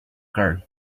girl